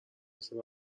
مثل